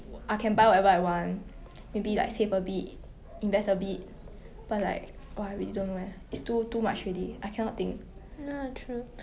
因为你 okay lah 因为很简单 like 你出去买饭也是要用钱 then 你去剪头发也是要钱每个东西也是要钱